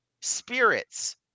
spirits